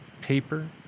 paper